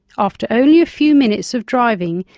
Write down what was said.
after only a few minutes of driving,